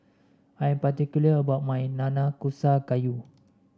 I am particular about my Nanakusa Gayu